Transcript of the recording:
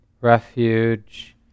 refuge